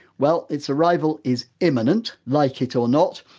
well, its arrival is imminent, like it or not,